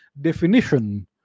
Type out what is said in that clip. definition